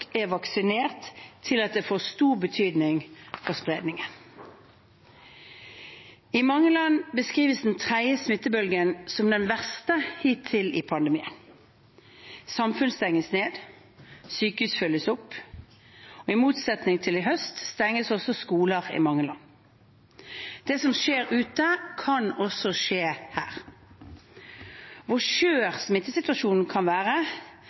er vaksinert til at det får stor betydning for spredningen. I mange land beskrives den tredje smittebølgen som den verste hittil i pandemien. Samfunn stenges ned, og sykehus fylles opp. I motsetning til i høst stenges også skolene i mange land. Det som skjer ute, kan også skje her. Hvor skjør smittesituasjonen kan være,